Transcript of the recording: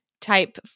Type